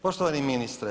Poštovani ministre.